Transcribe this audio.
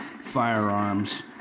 firearms